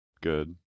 good